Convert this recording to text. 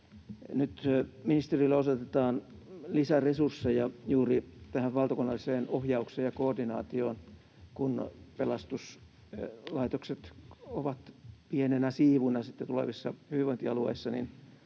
ministeriölle osoitetaan lisäresursseja juuri tähän valtakunnalliseen ohjaukseen ja koordinaatioon, kun pelastuslaitokset ovat pienenä siivuna sitten tulevissa hyvinvointialueissa.